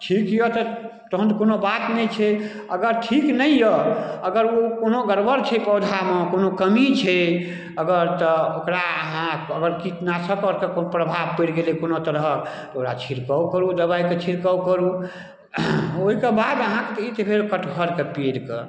ठीक यऽ तऽ तहन कोनो बात नहि छै अगर ठीक नहि यऽ अगर ओ कोनो गड़बड़ छै पौधामे कोनो कमी छै अगर तऽ ओकरा अहाँके अगर कीटनाशक आओरके कोइ प्रभाव पड़ि गेलै कोनो तरहक ओकरा छिड़काउ करू ओइ दबाइके छिड़काउ करू ओइके बाद अहाँके किछु भेल कटहरके पेड़के